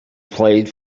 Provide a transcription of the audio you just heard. played